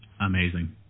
Amazing